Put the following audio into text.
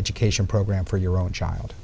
education program for your own child